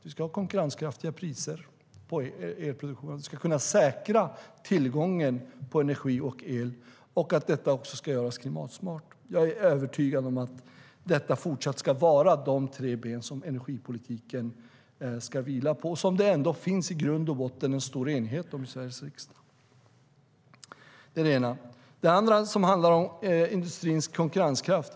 Vi ska ha konkurrenskraftiga priser på elproduktionen. Vi ska kunna säkra tillgången på elenergi. Dessutom ska det göras klimatsmart. Jag är övertygad om att dessa även fortsatt ska vara de tre ben som energipolitiken ska vila på och som det i grund och botten finns stor enighet om i Sveriges riksdag. Det är det ena. Det andra handlar om industrins konkurrenskraft.